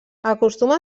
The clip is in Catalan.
acostuma